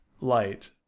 Light